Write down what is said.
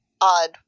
odd